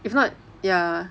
if not ya